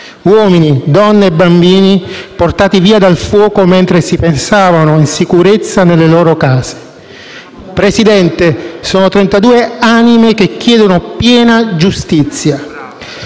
uomini, donne e bambini portati via dal fuoco mentre si pensavano in sicurezza nelle loro case. Signor Presidente, sono trentadue anime che chiedono piena giustizia.